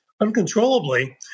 uncontrollably